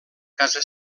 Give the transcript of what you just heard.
casa